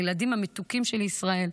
הילדים המתוקים של ישראל,